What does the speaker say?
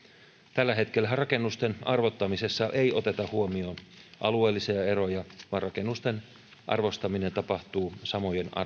tällä hetkellähän rakennusten arvottamisessa ei oteta huomioon alueellisia eroja vaan rakennusten arvostaminen tapahtuu samojen arvojen